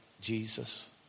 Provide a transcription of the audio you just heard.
Jesus